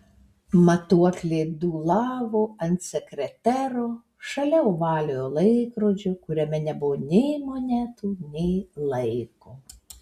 matuoklė dūlavo ant sekretero šalia ovaliojo laikrodžio kuriame nebuvo nei monetų nei laiko